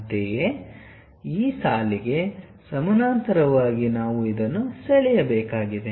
ಅಂತೆಯೇ ಈ ಸಾಲಿಗೆ ಸಮಾನಾಂತರವಾಗಿ ನಾವು ಇದನ್ನುಸೆಳೆಯಬೇಕಾಗಿದೆ